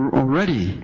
already